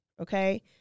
okay